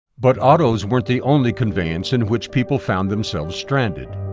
but autos weren't the only conveyance in which people found themselves stranded.